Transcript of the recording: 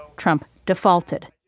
trump defaulted